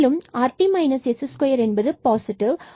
மேலும்rt s2 என்பது positive